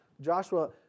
Joshua